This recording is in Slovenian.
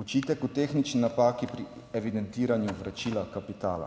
Očitek o tehnični napaki pri evidentiranju vračila kapitala